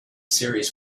series